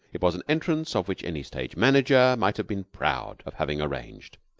it was an entrance of which any stage-manager might have been proud of having arranged.